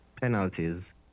penalties